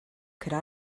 could